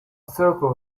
circle